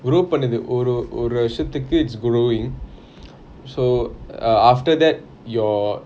ஒரு ஒரு வருசத்துக்கு:oru oru varusathuku it's growing so err after that your